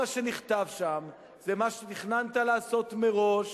אבל כל מה שנכתב שם זה מה שתכננת לעשות מראש,